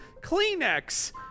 Kleenex